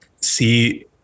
see